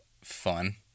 fun